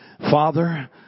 Father